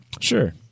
sure